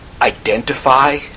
identify